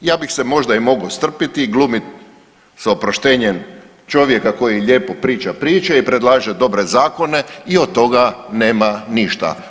Ja bih se možda i mogao strpiti i glumiti sa oproštenjem čovjeka koji lijepo priča priče i predlaže dobre zakone i od toga nema ništa.